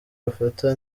bafata